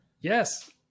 Yes